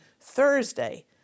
Thursday